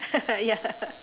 ya